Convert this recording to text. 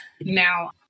Now